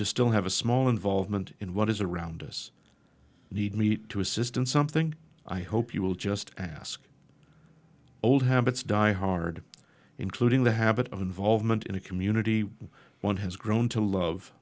to still have a small involvement in what is around us need me to assist in something i hope you will just ask old habits die hard including the habit of involvement in a community one has grown to love